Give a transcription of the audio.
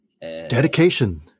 Dedication